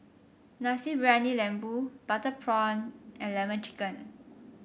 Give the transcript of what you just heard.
Nasi Briyani Lembu Butter Prawn and lemon chicken